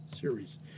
series